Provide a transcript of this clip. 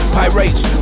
pirates